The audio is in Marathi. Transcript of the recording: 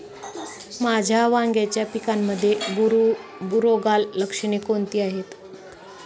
माझ्या वांग्याच्या पिकामध्ये बुरोगाल लक्षणे कोणती आहेत?